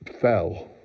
fell